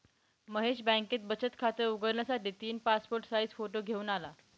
महेश बँकेत बचत खात उघडण्यासाठी तीन पासपोर्ट साइज फोटो घेऊन आला